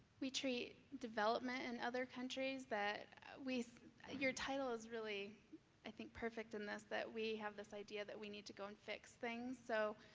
we treat development in and other countries that we your title is really i think perfect in this, that we have this idea that we need to go and fix things. so,